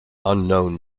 unknown